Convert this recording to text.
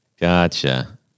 Gotcha